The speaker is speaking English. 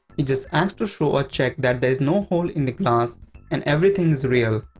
he just acts to show a check that there is no hole in the glass and everything is real.